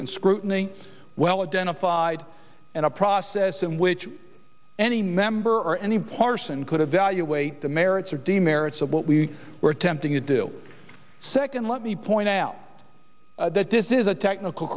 and scrutiny well identified and a process in which any member or any parson could evaluate the merits or demerits of what we were attempting to do second let me point out that this is a technical